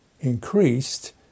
increased